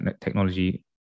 technology